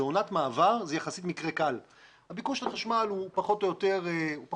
בעונת מעבר - זה יחסית מקרה קל - הביקוש לחשמל הוא פחות או יותר אחיד,